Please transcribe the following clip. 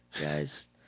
guys